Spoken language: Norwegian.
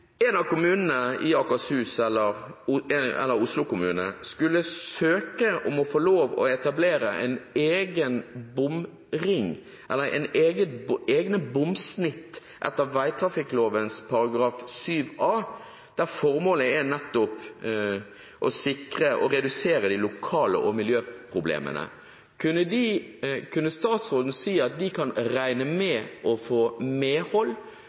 en av kommunene i Akershus eller Oslo kommune skulle søke om å få lov til å etablere en egen bomring, eller egne bomsnitt etter vegtrafikkloven § 7a, der formålet nettopp er å redusere de lokale miljøproblemene, kan statsråden si at de kan regne med å få medhold,